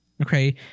okay